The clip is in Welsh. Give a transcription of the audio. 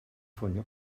ffonio